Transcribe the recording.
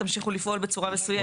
תמשיכו לפעול בצורה מסוימת.